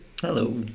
Hello